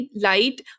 light